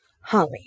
Holly